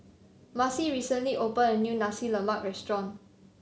Marcy recently open a new Nasi Lemak restaurant